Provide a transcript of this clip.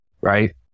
right